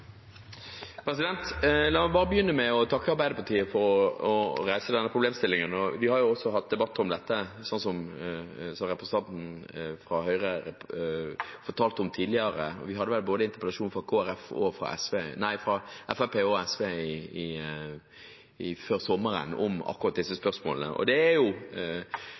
La meg begynne med å takke Arbeiderpartiet for å reise denne problemstillingen. Vi har også hatt debatt om dette tidligere, slik representanten fra Høyre fortalte, og vi hadde vel interpellasjon fra både Fremskrittspartiet og SV før sommeren om akkurat disse spørsmålene. Det er som det blir sagt: Den går rivende fort, denne utviklingen. Jeg var selv i San Francisco og